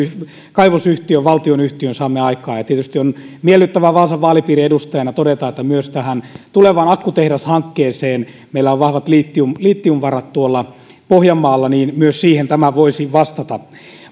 valtionyhtiön ja tietysti on miellyttävää vaasan vaalipiirin edustajana todeta että kun myös tulevaan akkutehdashankkeeseen meillä on vahvat litiumvarat litiumvarat tuolla pohjanmaalla niin myös siihen tämä voisi vastata